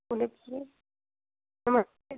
नमस्ते